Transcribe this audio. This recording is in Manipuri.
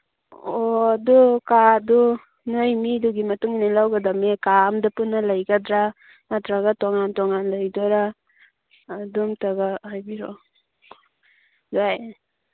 ꯑꯣ ꯑꯗꯨ ꯀꯥꯗꯨ ꯅꯣꯏ ꯃꯤꯗꯨꯒꯤ ꯃꯇꯨꯡꯏꯟꯅ ꯂꯧꯒꯗꯃꯦ ꯀꯥ ꯑꯃꯗ ꯄꯨꯟꯅ ꯂꯩꯒꯗ꯭ꯔ ꯅꯠꯇ꯭ꯔꯒ ꯇꯣꯉꯥꯟ ꯇꯣꯉꯥꯟꯅ ꯂꯩꯗꯣꯏꯔ ꯑꯗꯨꯝꯇꯪꯒ ꯍꯥꯏꯕꯤꯔꯛꯑꯣ ꯌꯥꯏꯌꯦ